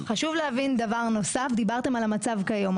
חשוב להבין דבר נוסף דיברתם על המצב כיום.